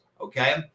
okay